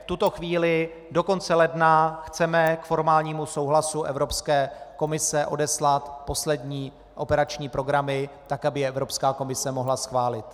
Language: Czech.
V tuto chvíli do konce ledna chceme k formálnímu souhlasu Evropské komise odeslat poslední operační programy, tak aby je Evropská komise mohla schválit.